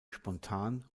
spontan